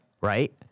right